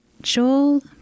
Joel